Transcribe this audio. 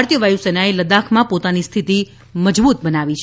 ભારતીય વાયુસેનાએ લદ્દાખમાં પોતાની સ્થિતિ મજબૂત બનાવી છે